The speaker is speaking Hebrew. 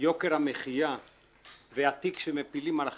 יוקר המחיה והתיק שמפילים על החקלאים,